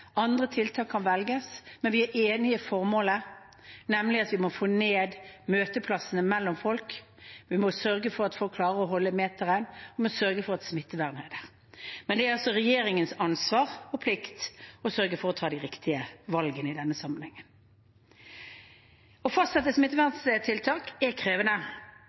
andre tiltak som kan velges, er vi enig i formålet, nemlig at vi må få ned møteplassene mellom folk, vi må sørge for at folk klarer å holde meteren, vi må sørge for at smittevernet er der. Men det er altså regjeringens ansvar og plikt å sørge for å ta de riktige valgene i denne sammenhengen. Å fastsette smitteverntiltak er krevende,